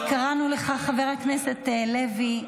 קראנו לך, חבר הכנסת לוי.